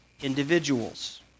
individuals